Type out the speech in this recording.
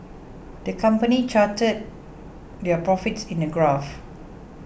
the company charted their profits in a graph